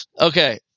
Okay